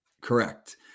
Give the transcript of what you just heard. Correct